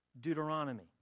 Deuteronomy